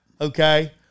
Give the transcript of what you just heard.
Okay